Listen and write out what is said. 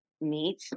meat